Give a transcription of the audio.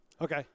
Okay